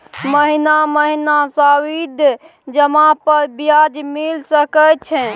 महीना महीना सावधि जमा पर ब्याज मिल सके छै?